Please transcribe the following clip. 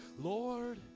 Lord